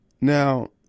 Now